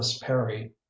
perry